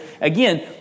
Again